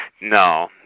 No